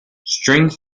string